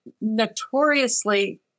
notoriously